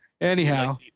Anyhow